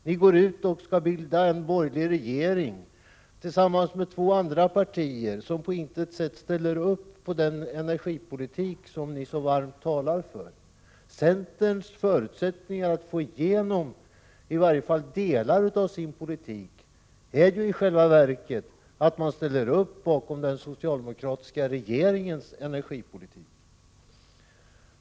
Ni går ut och säger att ni skall bilda en borgerlig regering tillsammans med två andra partier som på intet sätt ställer upp på den energipolitik som ni talar så varmt för. Förutsättningen för att centern skall få igenom i varje fall delar av sin energipolitik är i själva verket att partiet ställer sig bakom den socialdemokratiska regeringens energipolitik.